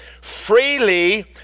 freely